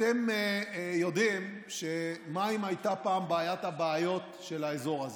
אתם יודעים שמים היו פעם בעיית הבעיות של האזור הזה,